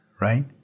right